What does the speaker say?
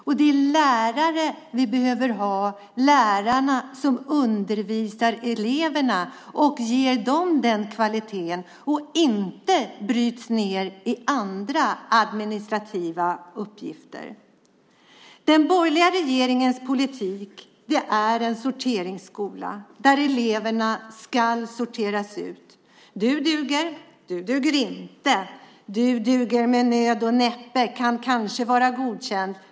Och det är lärare vi behöver ha, lärare som undervisar eleverna, som ger dem kvalitet och inte bryts ned av andra, administrativa uppgifter. Den borgerliga regeringens politik innebär en sorteringsskola där eleverna ska sorteras ut: Du duger. Du duger inte. Du duger med nöd och näppe och kan kanske vara godkänd.